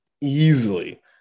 easily